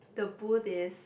the booth is